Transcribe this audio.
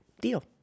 deal